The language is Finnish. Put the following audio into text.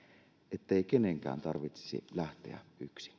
ettei kenenkään tarvitsisi lähteä yksin